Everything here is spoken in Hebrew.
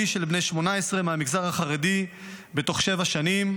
של בני 18 מהמגזר החרדי בתוך שבע שנים,